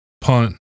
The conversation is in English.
Punt